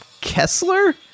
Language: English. Kessler